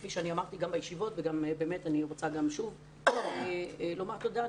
כפי שאמרתי בישיבות ואני רוצה שוב לומר תודה.